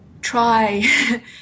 try